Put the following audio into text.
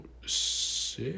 six